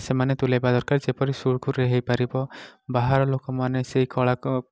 ସେମାନେ ତୁଲାଇବା ଦରକାର ଯେପରି ସୁରୁଖୁରୁରେ ହୋଇପାରିବ ବାହାର ଲୋକମାନେ ସେଇ କଳାକ